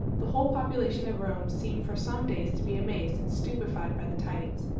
the whole population of rome seemed for some days to be amazed and stupefied by the tidings.